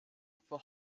for